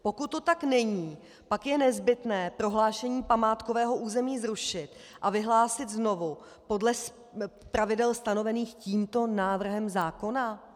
Pokud to tak není, pak je nezbytné prohlášení památkového území zrušit a vyhlásit znovu podle pravidel stanovených tímto návrhem zákona.